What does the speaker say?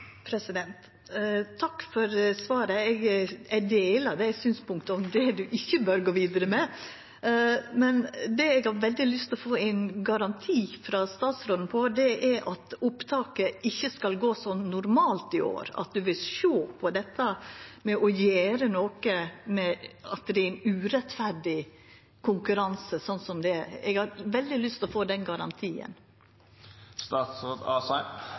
Takk for svaret. Eg deler det synspunktet, om det statsråden ikkje bør gå vidare med, men det eg har veldig lyst til å få ein garanti frå statsråden om, er at opptaket ikkje skal gå som normalt i år, og at han vil sjå på dette med å gjera noko med at det er ein urettferdig konkurranse, sånn som det er. Eg har veldig lyst til å få den garantien.